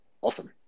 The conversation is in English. awesome